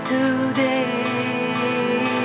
Today